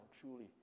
truly